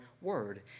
word